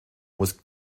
muss